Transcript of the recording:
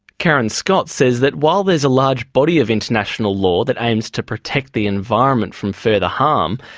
karen scott says that while there's a large body of international law that aims to protect the environment from further harm,